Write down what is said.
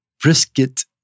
brisket